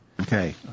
Okay